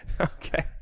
Okay